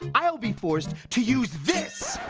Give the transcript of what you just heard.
i'll be forced to use this.